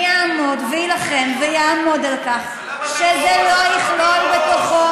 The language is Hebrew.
אני אילחם ואעמוד על כך שזה לא יכלול בתוכו,